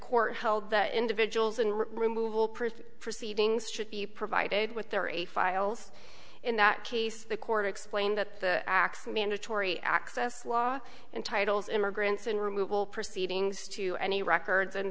court held that individuals in removal prefer proceedings should be provided with their a files in that case the court explained that the x mandatory access law entitles immigrants in removal proceedings to any records and